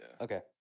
Okay